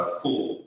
cool